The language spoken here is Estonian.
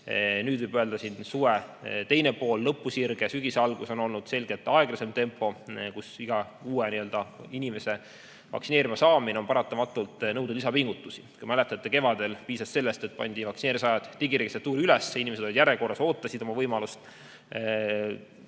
Nüüd võib öelda, et suve teisel poolel, sügise alguses on olnud selgelt aeglasem tempo, kus iga uue inimese vaktsineerima saamine on paratamatult nõudnud lisapingutusi. Kui te mäletate, kevadel piisas sellest, et pandi vaktsieerimisajad digiregistratuuri üles, inimesed olid järjekorras, ootasid võimalust.